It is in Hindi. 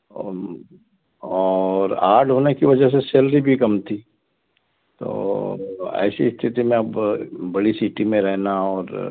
और आड होने की वजह से सैलरी भी कम थी तो ऐसी स्थिति में अब बड़ी सिटी में रहना और